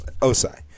Osai